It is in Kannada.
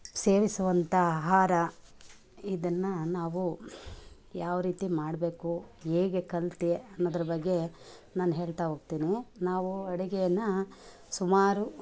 ಸೇವಿಸುವಂಥ ಆಹಾರ ಇದನ್ನು ನಾವು ಯಾವ ರೀತಿ ಮಾಡಬೇಕು ಹೇಗೆ ಕಲಿತೆ ಅನ್ನೋದರ ಬಗ್ಗೆ ನಾನು ಹೇಳ್ತಾ ಹೋಗ್ತೇನೆ ನಾವು ಅಡುಗೆಯನ್ನ ಸುಮಾರು